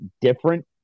different